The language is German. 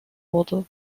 wurde